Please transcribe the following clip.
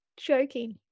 joking